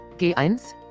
G1